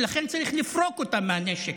ולכן צריך לפרוק אותם מהנשק,